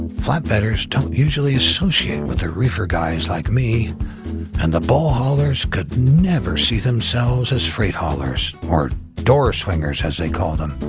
and flatbedders don't usually associate with the reefer guys like me and the bull haulers could never see themselves as freight haulers, or door swingers, as they call them,